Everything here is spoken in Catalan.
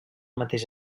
mateix